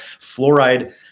Fluoride